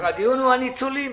הדיון הוא הניצולים.